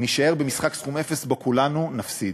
נישאר במשחק סכום אפס שבו כולנו נפסיד.